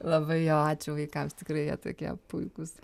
labai jo ačiū vaikams tikrai jie tokie puikūs